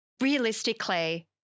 realistically